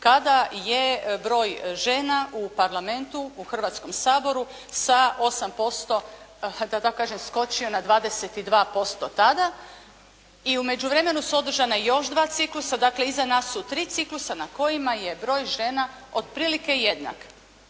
kada je broj žena u Parlamentu u Hrvatskom saboru sa 8% da tako kažem skočio na 22% tada, i u međuvremenu su održana još dva ciklusa, dakle iza nas su tri ciklusa na kojima je broj žena otprilike jednak.